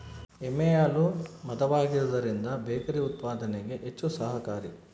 ಎಮ್ಮೆ ಹಾಲು ಮಂದವಾಗಿರುವದರಿಂದ ಬೇಕರಿ ಉತ್ಪಾದನೆಗೆ ಹೆಚ್ಚು ಸಹಕಾರಿ